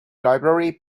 library